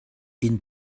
inn